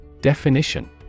Definition